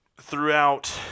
throughout